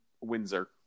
Windsor